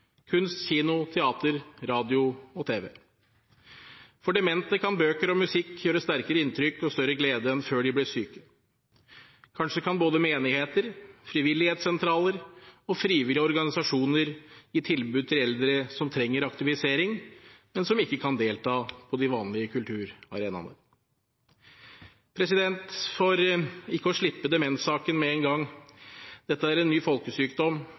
kunst, kino, teater, radio og tv. For demente kan bøker og musikk gjøre sterkere inntrykk og gi større glede enn før de ble syke. Kanskje kan både menigheter, frivillighetssentraler og frivillige organisasjoner gi tilbud til eldre som trenger aktivisering, men som ikke kan delta på de vanlige kulturarenaene. For ikke å slippe demenssaken med en gang: Dette er en ny folkesykdom.